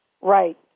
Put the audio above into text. Right